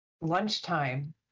lunchtime